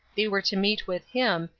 they were to meet with him,